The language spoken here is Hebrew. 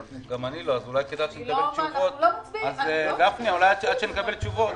גפני, עד שנקבל תשובות,